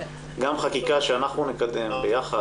גם חקיקה שאנחנו נקדם ביחד,